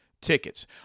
Tickets